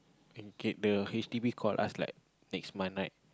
can get the h_d_b call us like next month right